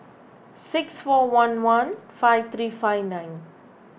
six four one one five three five nine